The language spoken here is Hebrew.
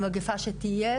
במגפה שתהיה,